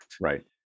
Right